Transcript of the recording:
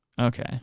Okay